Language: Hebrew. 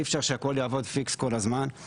אי אפשר שהכל יעבוד פיקס כל הזמן,